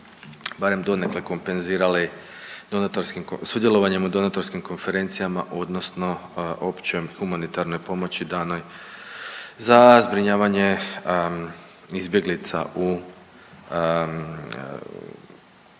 barem donekle kompenzirali donatorskim, sudjelovanjem u donatorskim konferencijama odnosno općoj humanitarnoj pomoći danoj za zbrinjavanje izbjeglica u